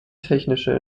technische